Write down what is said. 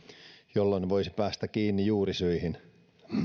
jolloin voisi päästä kiinni juurisyihin